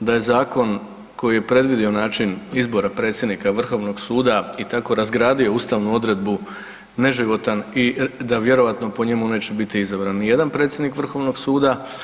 da je zakon koji je predvidio način izbora predsjednika Vrhovnog suda i tako razgradio ustavnu odredbu neživotan i da vjerojatno po njemu neće biti izabran ni jedan predsjednik Vrhovnog suda.